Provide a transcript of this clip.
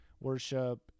worship